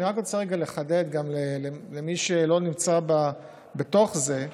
אני רק רוצה לחדד למי שלא נמצא בתוך זה.